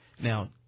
Now